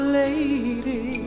lady